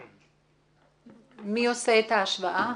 --- מי עושה את ההשוואה?